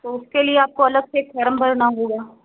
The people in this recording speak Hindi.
तो उसके लिए आपको अलग से एक फारम भरना होगा